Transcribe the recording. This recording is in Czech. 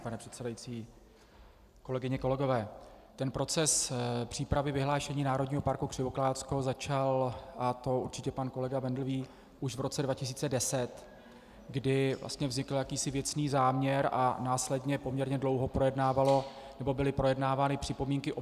Pane předsedající, kolegyně a kolegové, proces přípravy vyhlášení Národního parku Křivoklátsko začal, a to určitě pan kolega Bendl ví, už v roce 2010, kdy vlastně vznikl jakýsi věcný záměr a následně poměrně dlouho byly projednávány připomínky obcí.